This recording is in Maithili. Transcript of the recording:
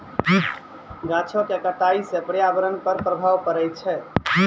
गाछो क कटाई सँ पर्यावरण पर प्रभाव पड़ै छै